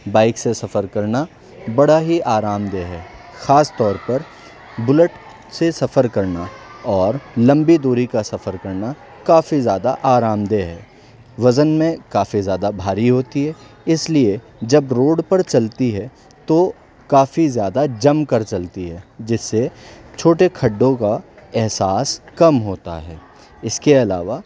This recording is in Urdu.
بائک سے سفر کرنا بڑا ہی آرام دہ ہے خاص طور پر بلٹ سے سفر کرنا اور لمبی دوری کا سفر کرنا کافی زیادہ آرام دہ ہے وزن میں کافی زیادہ بھاری ہوتی ہے اس لیے جب روڈ پر چلتی ہے تو کافی زیادہ جم کر چلتی ہے جس سے چھوٹے کھڈوں کا احساس کم ہوتا ہے اس کے علاوہ